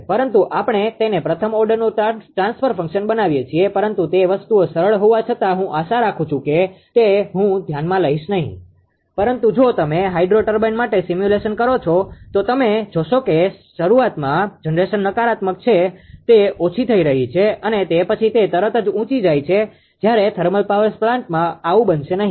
પરંતુ આપણે તેને પ્રથમ ઓર્ડરનુ ટ્રાન્સફર ફંક્શન બનાવીએ છીએ પરંતુ તે વસ્તુઓ સરળ હોવા છતાં હું આશા રાખું છું કે તે હું ધ્યાનમાં લઈશ નહીં પરંતુ જો તમે હાઇડ્રો ટર્બાઇન માટે સિમ્યુલેશન કરો છો તો તમે જોશો કે શરૂઆતમાં જનરેશન નકારાત્મક છે તે ઓછી થઈ રહી છે અને તે પછી તે તરત જ ઉચી જાય છે જ્યારે થર્મલ પાવર પ્લાન્ટમાં આવું બનશે નહીં